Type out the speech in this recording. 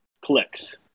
Clicks